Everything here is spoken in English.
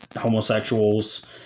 homosexuals